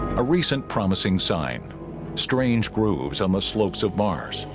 a recent promising sign strange grooves on the slopes of mars